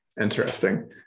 Interesting